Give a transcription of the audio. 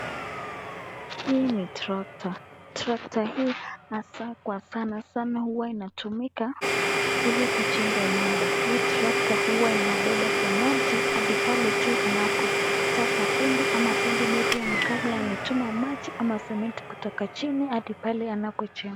Hii ni tractor . Tractor hii hasa kwa sana sana hua inatumika ili kujenga nyumba. Hii tractor hua inabeba cementi hadi pale tu anapotaka fundi ama fundi maybe ama kabla ametuma maji ama cementi kutoka chini hadi pale anapojenga.